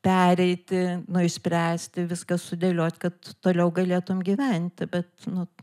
pereiti nu išspręsti viską sudėliot kad toliau galėtum gyventi bet nu